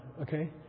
Okay